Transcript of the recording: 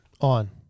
On